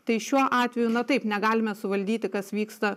tai šiuo atveju na taip negalime suvaldyti kas vyksta